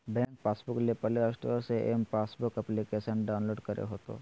bank passbook ले play store से M passbook application download करे होतो